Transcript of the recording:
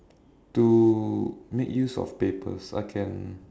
to make use of papers I can